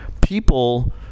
people